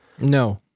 No